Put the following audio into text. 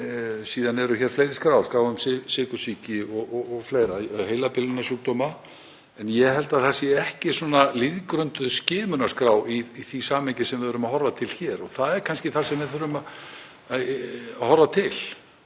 Síðan eru fleiri skrár; skrá um sykursýki og fleira, heilabilunarsjúkdóma. Ég held að það sé ekki lýðgrunduð skimunarskrá í því samhengi sem við erum að horfa til hér. Það er kannski það sem við þurfum að horfa til.